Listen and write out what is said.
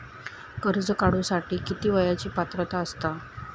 कर्ज काढूसाठी किती वयाची पात्रता असता?